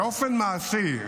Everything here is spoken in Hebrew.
באופן מעשי,